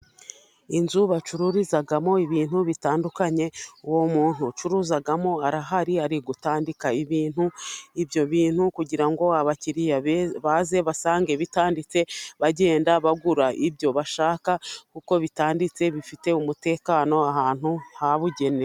Inzu bacururizamo ibintu bitandukanye, uwo muntu ucururizamo arahari ari gutandika ibintu. Ibyo bintu kugira ngo abakiriya be baze basange bitanditse bagenda bagura ibyo bashaka, kuko bitanditse bifite umutekano ahantu habugenewe.